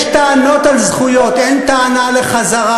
יש טענות על זכויות, אין טענה לחזרה,